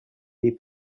they